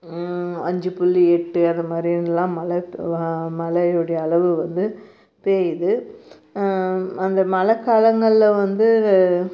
அஞ்சு புள்ளி எட்டு அதை மாதிரி எல்லாம் மழை பெ மழை உடைய அளவு வந்து பெயிது அந்த மழை காலங்களில் வந்து